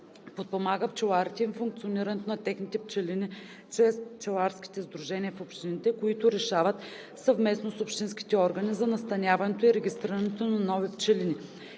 подпомага пчеларите и функционирането на техните пчелини чрез пчеларските сдружения в общините, които решават съвместно с общинските органи за настаняването и регистрирането на нови пчелини;